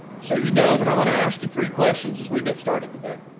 so you know that i wanna ask you three questions as we get started today.